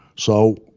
so,